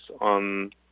on